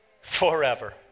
forever